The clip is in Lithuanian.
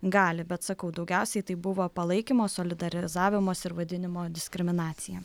gali bet sakau daugiausiai tai buvo palaikymo solidarizavimosi ir vadinimo diskriminacija